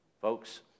Folks